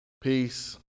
peace